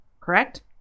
correct